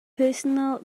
personal